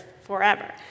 forever